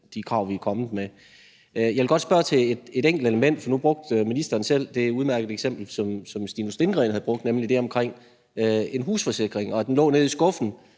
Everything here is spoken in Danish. de krav, vi er kommet med. Jeg vil godt spørge til et enkelt element, for nu brugte ministeren selv det udmærkede eksempel, som Stinus Lindgreen havde brugt, nemlig det med en husforsikring, som ligger nede i skuffen,